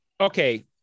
okay